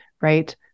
right